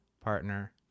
partner